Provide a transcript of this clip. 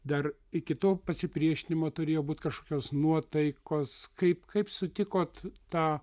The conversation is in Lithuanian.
dar iki to pasipriešinimo turėjo būt kažkokios nuotaikos kaip kaip sutikot tą